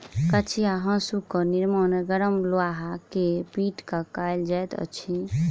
कचिया हाँसूक निर्माण गरम लोहा के पीट क कयल जाइत अछि